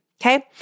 Okay